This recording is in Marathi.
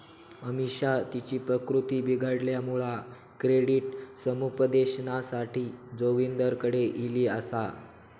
अमिषा तिची प्रकृती बिघडल्यामुळा क्रेडिट समुपदेशनासाठी जोगिंदरकडे ईली आसा